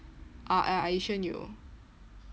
ah ah asian 有